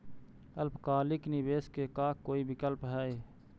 अल्पकालिक निवेश के का कोई विकल्प है?